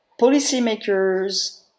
policymakers